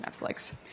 Netflix